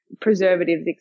preservatives